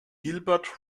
gilbert